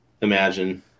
imagine